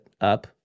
up